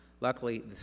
Luckily